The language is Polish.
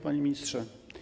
Panie Ministrze!